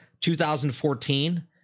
2014